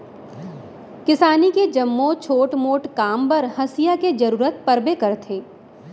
किसानी के जम्मो छोट मोट काम बर हँसिया के जरूरत परबे करथे